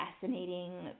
fascinating